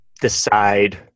decide